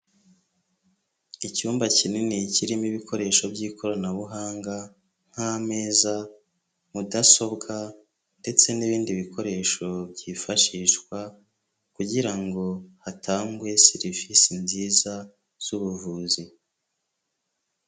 Icyumba kinini kirimo ibikoresho by'ikoranabuhanga nk'ameza mudasobwa ndetse n'ibindi bikoresho byifashishwa kugira ngo hatangwe serivisi nziza z'ubuvuzi.